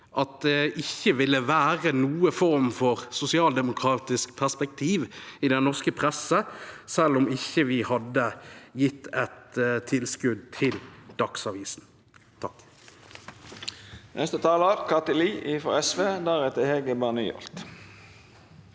at det ikke ville være noen form for sosialdemokratisk perspektiv i den norske presse selv om vi ikke hadde gitt tilskudd til Dagsavisen. Kathy